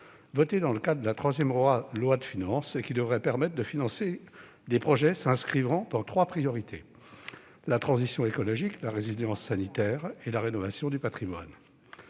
votée dans le cadre de la troisième loi de finances rectificative. Cette dernière devait permettre de financer des projets relevant de trois priorités : la transition écologique, la résilience sanitaire et la rénovation du patrimoine.